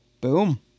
Boom